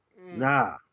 Nah